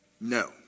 No